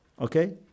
Okay